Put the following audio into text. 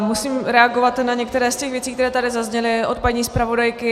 Musím reagovat na některé z těch věcí, které tady zazněly od paní zpravodajky.